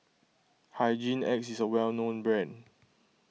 Hygin X is a well known brand